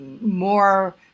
more